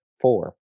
four